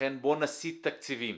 לכן בואו נסית תקציבים.